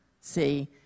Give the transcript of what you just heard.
see